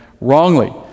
wrongly